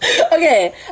Okay